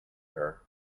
her